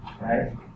right